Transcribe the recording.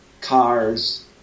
cars